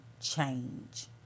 change